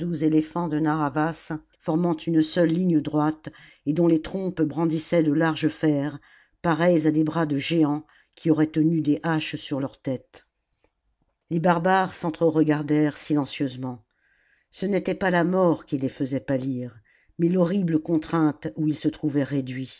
éléphants de narr'havas formant une seule ligne droite et dont les trompes brandissaient de larges fers pareils à des bras de géants qui auraient tenu des haches sur leurs têtes les barbares s'entre regardèrent silencieusement ce n'était pas la mort qui les faisait pâlir mais l'horrible contrainte oii ils se trouvaient réduits